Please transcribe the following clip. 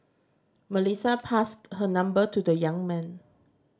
Melissa passed her number to the young man